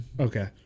Okay